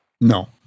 No